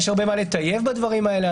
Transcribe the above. לוועדה יש הרבה מה לטייב בנושאים האלה.